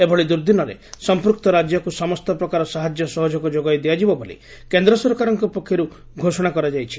ଏଭଳି ଦୁର୍ଦ୍ଦିନରେ ସଂପୃକ୍ତ ରାଜ୍ୟକୁ ସମସ୍ତ ପ୍ରକାର ସାହାଯ୍ୟ ସହଯୋଗ ଯୋଗାଇ ଦିଆଯିବ ବୋଲି କେନ୍ଦ୍ର ସରକାରଙ୍କ ପକ୍ଷରୁ ଘୋଷଣା କରାଯାଇଛି